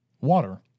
water